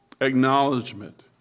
acknowledgement